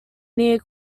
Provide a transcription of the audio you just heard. near